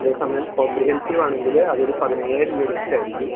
അതേസമയം കോമ്പ്രിഹെൻസീവാണെങ്കിൽ അതൊരു പതിനയ്യായിരം രൂപ അടിപ്പിച്ചായിരിക്കും